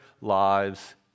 lives